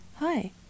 Hi